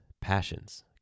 passions